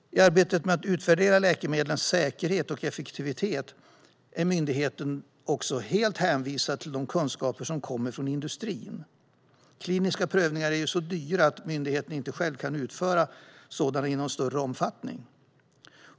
I arbetet med att utvärdera läkemedlens säkerhet och effektivitet är myndigheten helt hänvisad till de kunskaper som kommer från industrin. Kliniska prövningar är så dyra att myndigheten inte själv kan utföra sådana i någon större omfattning.